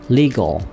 legal